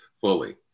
fully